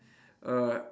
err